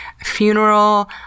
funeral